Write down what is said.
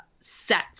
set